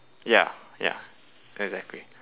ya ya exactly